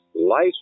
life